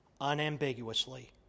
unambiguously